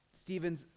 Stephen's